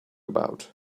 about